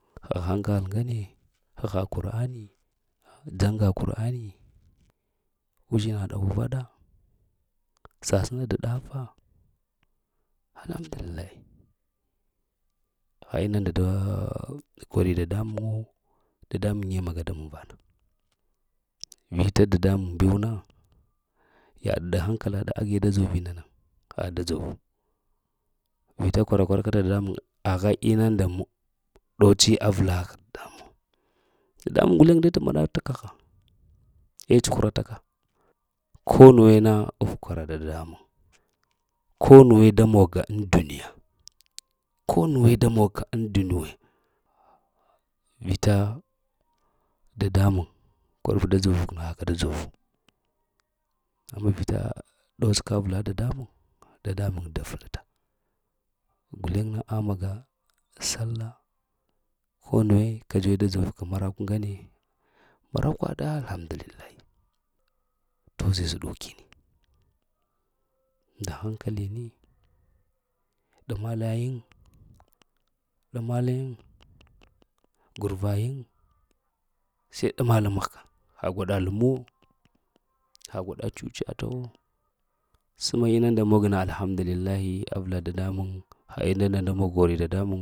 Ha hankal ŋane, haha kur'ani jaŋa kur'ani, uzhina ɗa ufaɗa sasəna d ɗafa. Alhamdulillah, ha ma nda da kori dadamuŋ wo. Dadamuŋ ne magata mun vana, vita dadamuŋ bew na. Yaɗ nda hankala ɗa age da dzovi nana, ha yaɗ da dzovo vita kwarakwara ka t dadamuŋ aha ina nda ɗoci avlaha dadamuŋ. Dadamuŋ guleŋ da tama ɗa ta kaha, eh cuhuvataka. Ko nuwena apkwara t dadamuŋ ko nuwe da manka ŋ duniya. Ko nuwe da monka ŋ dunuwe. Vita dadamuŋ kwara bə da dzov ku na, haka da dzovu, amma vita ɗotes ka avla dadamuŋ. Dadamuŋ da vlaɗata, guleŋ na amaga sallah konuwe kadzuwa ka da dzov ka marakw ŋane, markwaɗa alhamdulillahi, tozi zuɗukini, nda hankalini ɗamala yiŋ. Ɗamal yini gurvayin seh ɗa mal mahga, ha gwaɗa lem wo, ha gwaɗa cucata wo səma inunda mog na ɗa alhamdulillahi avla dadamuŋ, ha inu nda kori nda dadamun